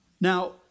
Now